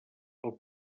als